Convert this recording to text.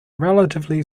relatively